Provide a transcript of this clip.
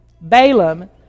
Balaam